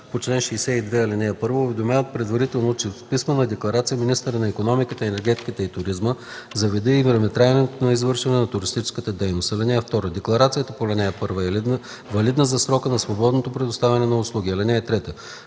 по чл. 62, ал. 1 уведомяват предварително чрез писмена декларация министъра на икономиката, енергетиката и туризма за вида и времетраенето на извършваната туристическа дейност. (2) Декларацията по ал. 1 е валидна за срока на свободното предоставяне на услуги. (3)